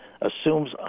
assumes